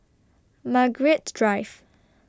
Margaret Drive